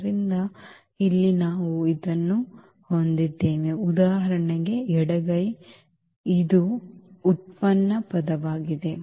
ಆದ್ದರಿಂದ ಇಲ್ಲಿ ನಾವು ಇದನ್ನು ಹೊಂದಿದ್ದೇವೆ ಉದಾಹರಣೆಗೆ ಎಡಗೈ ಇದು ವ್ಯುತ್ಪನ್ನ ಪದವಾಗಿದೆ